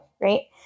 right